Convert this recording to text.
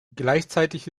gleichzeitig